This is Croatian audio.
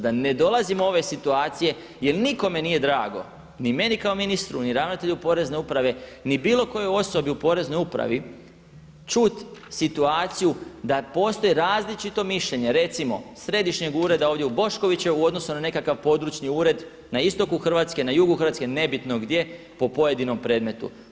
Da ne dolazimo do ove situacije jer nikome nije drago ni meni kao ministru ni ravnatelju Porezne uprave ni bilo kojoj osobi u poreznoj upravi čuti situaciju da postoji različito mišljenje recimo središnjeg ureda ovdje u Boškovićevoj u odnosu na nekakav područni ured za istoku Hrvatske, na jugu Hrvatske, nebitno gdje po pojedinom predmetu.